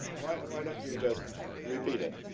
why and why don't you just repeat it?